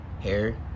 Hair